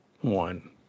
one